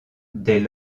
des